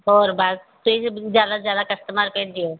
ਹੋਰ ਬਸ ਜੀ ਜ਼ਿਆਦਾ ਤੋਂ ਜ਼ਿਆਦਾ ਕਸਟਮਰ ਭੇਜਿਓ